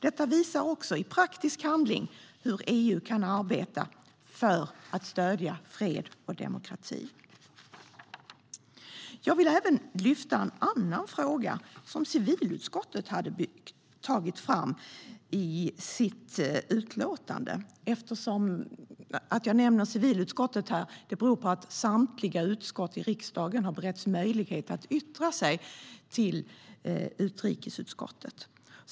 Detta visar också i praktisk handling hur EU kan arbeta för att stödja fred och demokrati. Jag vill även lyfta upp en annan fråga som civilutskottet har med i sitt yttrande. Jag nämner civilutskottet här därför att samtliga utskott i riksdagen har beretts möjlighet att yttra sig till utrikesutskottet.